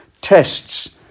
tests